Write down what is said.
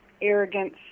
arrogance